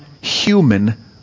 human